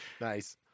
Nice